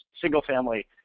single-family